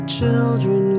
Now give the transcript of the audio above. children